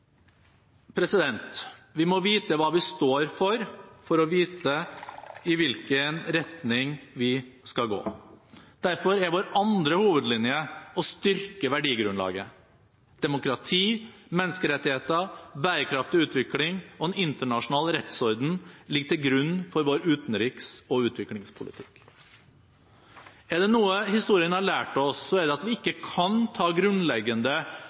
Vi må vite hva vi står for, for å vite i hvilken retning vi skal gå. Derfor er vår andre hovedlinje å styrke verdigrunnlaget. Demokrati, menneskerettigheter, bærekraftig utvikling og en internasjonal rettsorden ligger til grunn for vår utenriks- og utviklingspolitikk. Er det noe historien har lært oss, er det at vi ikke kan ta grunnleggende